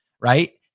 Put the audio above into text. right